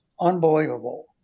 unbelievable